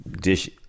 dish